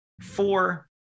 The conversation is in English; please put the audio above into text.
four